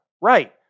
Right